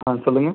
ஆ சொல்லுங்கள்